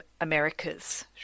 Americas